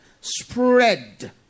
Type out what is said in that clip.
spread